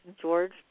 George